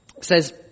says